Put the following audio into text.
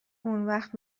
اونوقت